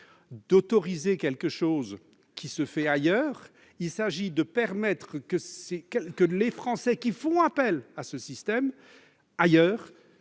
d'autoriser quelque chose qui se fait ailleurs : il s'agit de permettre que les Français qui sollicitent ces tests ailleurs